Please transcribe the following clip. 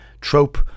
trope